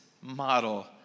model